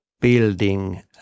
building